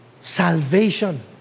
Salvation